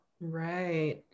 Right